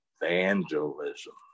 evangelism